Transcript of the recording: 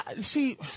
see